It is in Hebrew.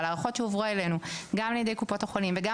אבל ההערכות שהועברו אלינו גם על-ידי קופות החולים וגם